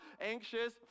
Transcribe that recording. anxious